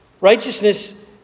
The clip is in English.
Righteousness